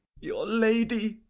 your lady,